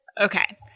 Okay